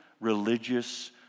religious